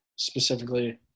specifically